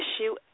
issue